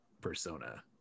persona